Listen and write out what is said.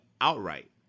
outright